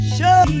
Show